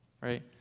right